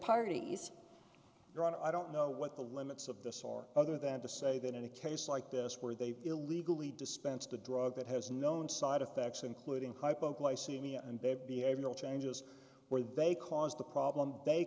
parties right i don't know what the limits of the store other than to say that in a case like this where they illegally dispense the drug that has known side effects including hypoglycemia and they have behavioral changes where they cause the problem they